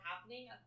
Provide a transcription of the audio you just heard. happening